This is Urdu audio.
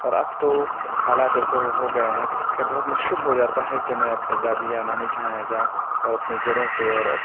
اور اب تو حالات ایسے ہو گئے ہیں کہ بہت مشکل ہو جاتا ہے کہ میں اپنے دادی یا نانی کے یہاں جاؤں اور اپنی جڑوں سے اور اب